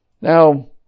Now